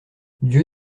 dieu